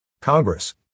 Congress